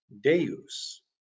deus